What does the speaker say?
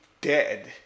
dead